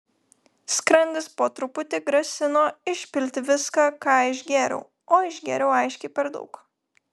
skrandis po truputį grasino išpilti viską ką išgėriau o išgėriau aiškiai per daug